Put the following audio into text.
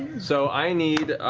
so i need